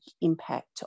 impact